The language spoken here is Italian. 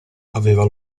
aveva